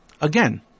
again